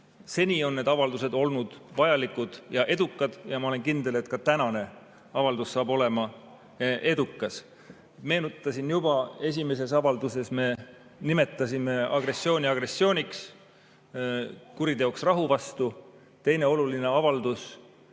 seni on need avaldused olnud vajalikud ja edukad. Ma olen kindel, et ka tänane avaldus on edukas. Meenutasin juba, et esimeses avalduses me nimetasime agressiooni agressiooniks, kuriteoks rahu vastu. Teine oluline avaldus